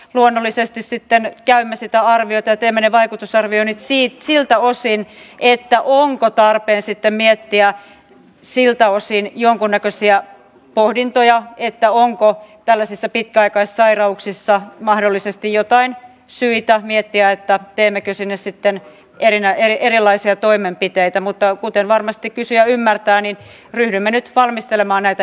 luonnollisesti sitä me käymme sitä arvioita temen vaikutusarvioinnit siit siltä osin että onko tarpeen sitten miettiä siltä osin jonkunnäkösia pohdintoja että onko tällaisessa pitkäaikaissairauksissa mahdollisesti jotain syytä miettiä että teemmekö sinä sitten enää eli erilaisia toimenpiteitä mutta kuten varmasti kysyjä ymmärtää niin ryhdymme nyt valmistelema näitä